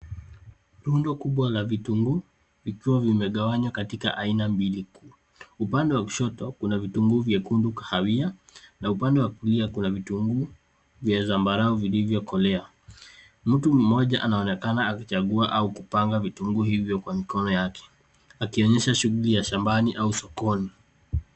Rundo kubwa la vitunguu vikiwa vimegawanywa katika aina mbili kuu. Upande wa kushoto kuna vitunguu vyekundu kahawia na upande wa kulia kuna vitunguu vya zambarau vilivyokolea. Mtu mmoja anaonekana akichagua au kupanga vitunguu hivyo kwa mikono yake, akionyesha shughuli ya shambani au sokoni.